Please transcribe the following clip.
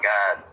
God